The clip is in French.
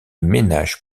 ménage